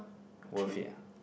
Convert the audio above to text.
worth it ah